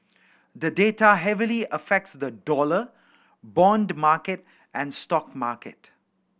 the data heavily affects the dollar bond market and stock market